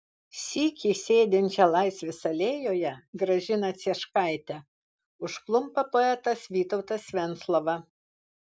sykį sėdinčią laisvės alėjoje gražiną cieškaitę užklumpa poetas vytautas venclova